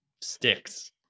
sticks